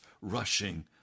rushing